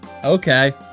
Okay